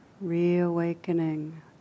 reawakening